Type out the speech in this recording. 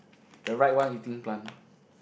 the right one eating plant